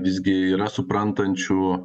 visgi yra suprantančių